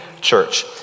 church